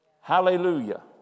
Hallelujah